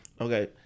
Okay